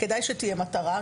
כדאי שתהיה חקיקה.